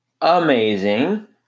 amazing